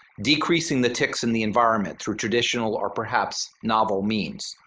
decreasing the ticks in the environment through traditional or perhaps novel means,